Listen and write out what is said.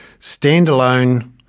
standalone